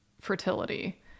fertility